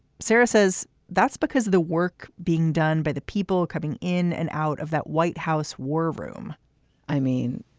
sarah says that's because the work being done by the people coming in and out of that white house war room i mean,